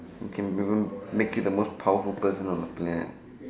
and can be even make you the most powerful person on the planet